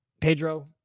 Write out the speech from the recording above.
Pedro